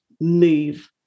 move